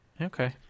Okay